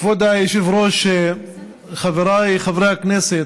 כבוד היושב-ראש, חבריי חברי הכנסת,